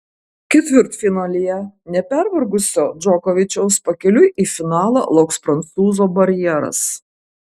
ketvirtfinalyje nepervargusio džokovičiaus pakeliui į finalą lauks prancūzo barjeras